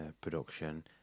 production